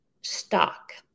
stock